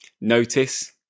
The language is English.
notice